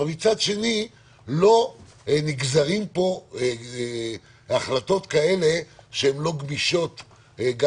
אבל מצד שני לא נגזרות פה החלטות שהן לא גמישות גם